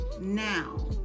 now